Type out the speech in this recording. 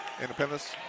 Independence